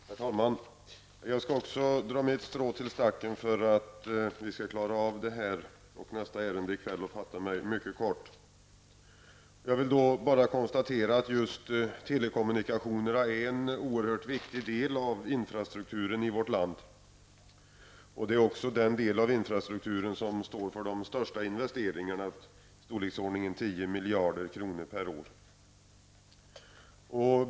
Herr talman! Jag skall också dra mitt strå till stacken för att vi skall hinna med detta ärende i kväll och därför fatta mig mycket kort. Jag vill bara konstatera att just telekommunikationerna är en oerhört viktig del av infrastrukturen i vårt land. Det är också den del av infrastrukturen som står för de stora investeringarna, i storleksordningen 10 miljarder kronor per år.